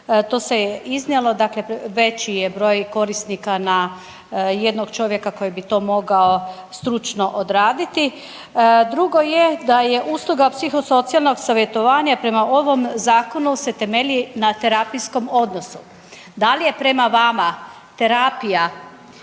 To se je iznijelo, dakle veći je broj korisnika na jednog čovjeka koji bi to mogao stručno odraditi. Drugo je da je usluga psihosocijalnog savjetovanja prema ovom zakonu se temelji na terapijskom odnosu. Da li je prema vama terapija